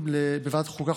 בוועדת החוקה,